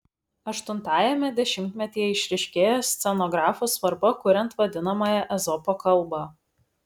aštuntajame dešimtmetyje išryškėja scenografo svarba kuriant vadinamąją ezopo kalbą